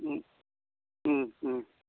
ও ও ও